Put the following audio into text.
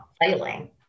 failing